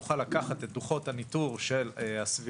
תוכל לקחת את דוחות הניטור של הסביבה